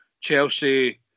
Chelsea